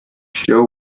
show